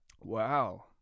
Wow